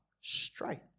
straight